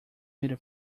media